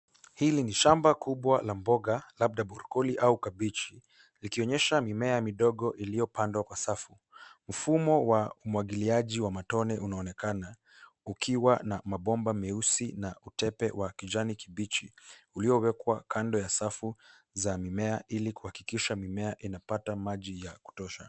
Hili ni shamba kubwa la mboga labda broccoli au kabichi, likionyesha mimea midogo iliyopandwa kwa safu. Mfumo wa umwagiliaji wa matone unaonekana ukiwa na mabomba meusi na utepe wa kijani kibichi uliowekwa kando ya safu za mimea ili kuakikisha mimea inapata maji ya kutosha.